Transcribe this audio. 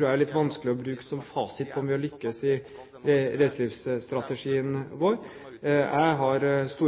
det er litt vanskelig å bruke 2009 som fasit på om vi har lyktes med reiselivsstrategien vår. Jeg har store